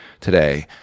today